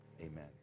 amen